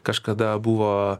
kažkada buvo